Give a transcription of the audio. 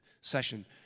session